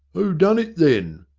oo done it then?